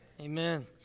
Amen